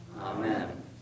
Amen